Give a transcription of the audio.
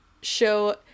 show